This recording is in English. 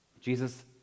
Jesus